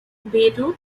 beirut